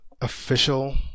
official